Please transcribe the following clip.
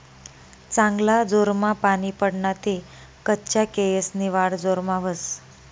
चांगला जोरमा पानी पडना ते कच्चा केयेसनी वाढ जोरमा व्हस